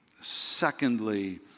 Secondly